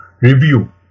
Review